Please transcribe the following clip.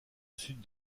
sud